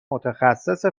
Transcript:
متخصص